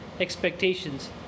expectations